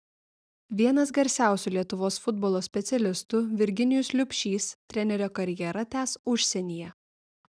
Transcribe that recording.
vienas garsiausių lietuvos futbolo specialistų virginijus liubšys trenerio karjerą tęs užsienyje